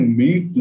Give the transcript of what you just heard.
meet